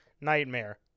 nightmare